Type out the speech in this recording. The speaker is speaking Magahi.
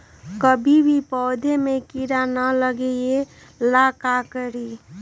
कभी भी पौधा में कीरा न लगे ये ला का करी?